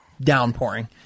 downpouring